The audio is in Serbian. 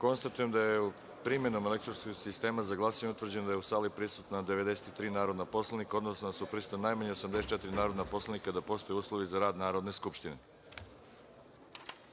glasanje. Konstatujem da je, primenom elektronskog sistema za glasanje, utvrđeno da su u sali prisutna 93 narodna poslanika, odnosno da su prisutna najmanje 84 narodna poslanika i da postoje uslovi za rad Narodne skupštine. Da